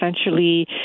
essentially